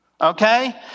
Okay